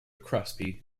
crosby